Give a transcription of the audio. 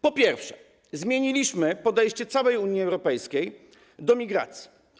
Po pierwsze, zmieniliśmy podejście całej Unii Europejskiej do migracji.